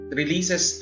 releases